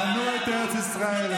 בנו את ארץ ישראל,